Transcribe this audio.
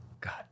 god